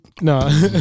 no